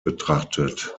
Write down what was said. betrachtet